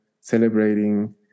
celebrating